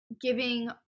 giving